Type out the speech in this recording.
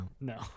No